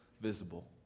visible